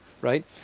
right